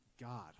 God